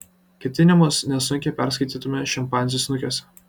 ketinimus nesunkiai perskaitytume šimpanzių snukiuose